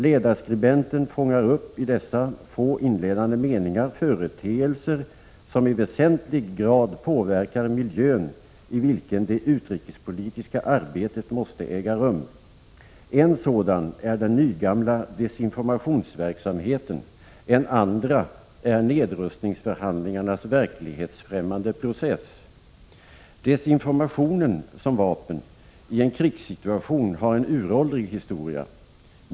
Ledarskribenten fångar i dessa få inledande meningar upp företeelser som i väsentlig grad påverkar den miljö i vilken det utrikespolitiska arbetet måste äga rum. En sådan är den nygamla desinformationsverksamheten. En annan är nedrustningsförhandlingarnas verklighetsfrämmande process. Desinformationen som vapen i en krigssituation har en uråldrig historia.